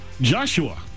Joshua